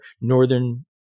Northern